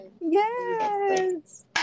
Yes